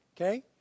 okay